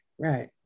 Right